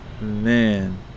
man